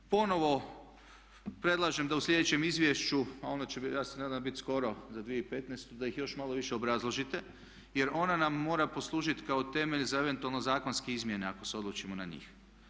Ponovo predlažem da u sljedećem izvješću a ono će, ja se nadam da će biti skoro za 2015. da ih još malo više obrazložite jer ono nam mora poslužiti kao temelj za eventualno zakonske izmjene ako se odlučimo na njih.